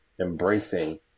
embracing